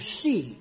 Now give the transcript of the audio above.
see